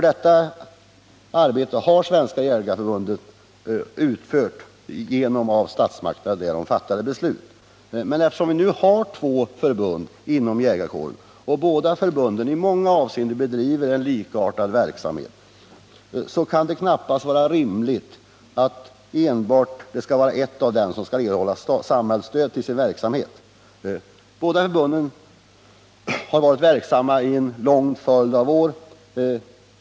Detta arbete utför Svenska jägareförbundet på uppdrag av statsmakterna. Men eftersom det nu finns två förbund inom jägarkåren och förbunden i många avseenden bedriver en likartad verksamhet, kan det knappast vara rimligt att bara ett av förbunden erhåller samhällsstöd för sin verksamhet. Båda förbunden har varit verksamma under en lång följd av år.